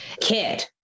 kid